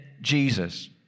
Jesus